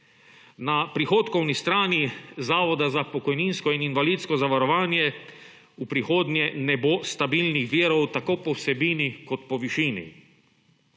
Na prihodkovni strani Zavoda za pokojninsko in invalidsko zavarovanje v prihodnje ne bo stabilnih virov, tako po vsebini kot po višini.